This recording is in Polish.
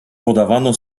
podawano